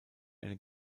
eine